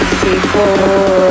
people